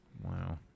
Wow